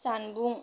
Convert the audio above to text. जानबुं